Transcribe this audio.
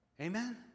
Amen